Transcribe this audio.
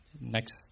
next